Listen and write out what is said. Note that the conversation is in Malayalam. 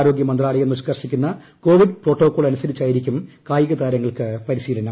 ആരോഗ്യ മന്ത്രാലയം നിഷ്കർഷിക്കുന്ന കോവിഡ് പ്രോട്ടോക്കോൾ അനുസരിച്ചായിരിക്കും കായികതാരങ്ങൾക്ക് പരിശീലനം